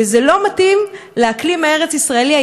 וזה לא מתאים לאקלים הארץ-ישראלי,